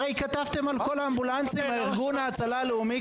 הרי כתבתם כבר על כל האמבולנסים "ארגון ההצלה הלאומי".